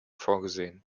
vorgesehen